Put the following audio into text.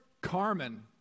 Carmen